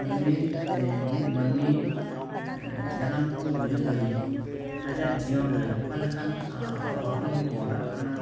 ᱢᱟᱹᱱᱢᱤ ᱢᱤᱫ ᱢᱟᱹᱱᱢᱤ ᱡᱟᱱᱟᱢ ᱠᱷᱚᱱ ᱜᱩᱡᱩᱜ ᱦᱟᱹᱵᱤᱡ ᱟᱭᱟᱜ ᱡᱤᱭᱚᱱ ᱨᱮ ᱚᱠᱟ ᱞᱮᱠᱟᱱ ᱜᱷᱚᱴᱚᱱ ᱠᱚ ᱜᱷᱚᱴᱟᱜ ᱠᱟᱱᱟ